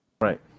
Right